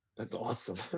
that's awesome.